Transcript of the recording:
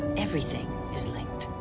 everything is linked.